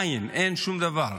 אין, אין שום דבר.